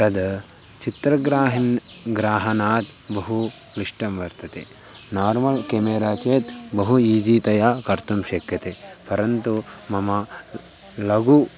तद् चित्रग्राहिणी ग्रहणात् बहु क्लिष्टं वर्तते नार्मल् केमेरा चेत् बहु ईज़ीतया कर्तुं शक्यते परन्तु मम लघु